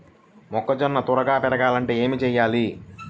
మొక్కజోన్న త్వరగా పెరగాలంటే ఏమి చెయ్యాలి?